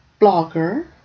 blogger